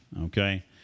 okay